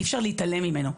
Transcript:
אי אפשר להתעלם ממנו.